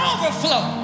Overflow